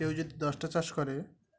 কেউ যদি দশটা চাষ করে